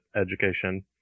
education